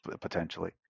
potentially